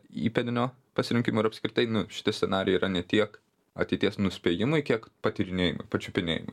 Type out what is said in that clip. įpėdinio pasirinkimų ir apskritai nu šitie scenarijai yra ne tiek ateities nuspėjimui kiek patyrinėjimui pačiupinėjimui